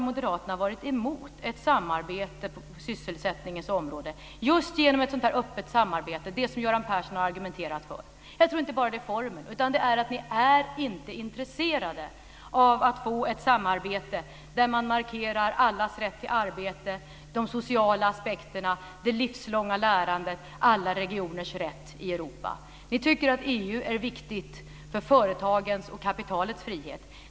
Moderaterna har varit mot ett samarbete på sysselsättningens område, just ett sådant samarbete som Göran Persson har argumenterat för. Jag tror alltså inte att det bara gäller formen, utan ni är inte intresserade av att få ett samarbete där man markerar allas rätt till arbete, de sociala aspekterna, det livslånga lärandet och alla regioners rätt i Europa. Ni tycker att EU är viktigt för företagens och kapitalets frihet.